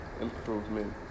improvement